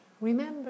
Remember